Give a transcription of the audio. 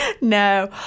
No